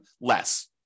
less